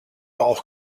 auch